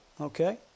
okay